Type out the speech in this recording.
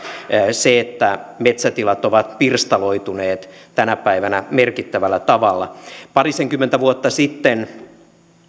se että metsätilat ovat pirstaloituneet tänä päivänä merkittävällä tavalla parisenkymmentä vuotta sitten